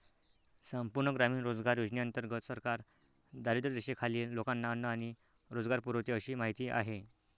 संपूर्ण ग्रामीण रोजगार योजनेंतर्गत सरकार दारिद्र्यरेषेखालील लोकांना अन्न आणि रोजगार पुरवते अशी माहिती आहे